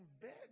bed